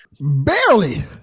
barely